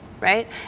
right